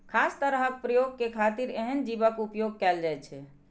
खास तरहक प्रयोग के खातिर एहन जीवक उपोयग कैल जाइ छै